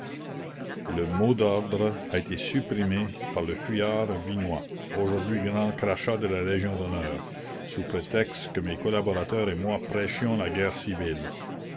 le mot d'ordre a été supprimé par le fuyard vinoy aujourd'hui grand crachat de la légion d'honneur sous prétexte que mes collaborateurs et moi prêchions la guerre civile